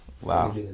Wow